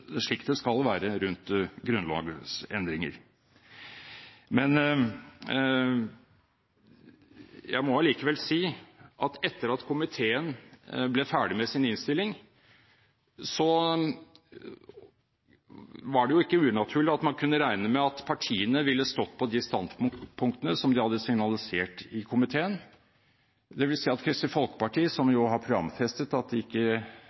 slik det skal være rundt grunnlovsendringer. Jeg må allikevel si at etter at komiteen ble ferdig med sin innstilling, var det ikke unaturlig at man kunne regne med at partiene ville stått på de standpunktene som de hadde signalisert i komiteen, dvs. at Kristelig Folkeparti, som har programfestet at de ikke